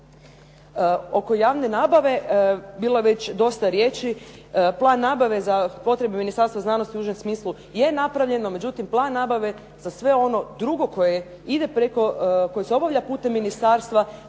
Oko javne nabave, bilo je već dosta riječi. Plan nabave za potrebe Ministarstva znanosti u užem smislu je napravljeno, međutim plan nabave za sve ono drugo koje ide preko, koje se obavlja putem ministarstva